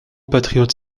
patriote